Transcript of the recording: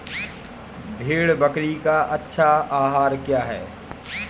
भेड़ बकरी का अच्छा आहार क्या है?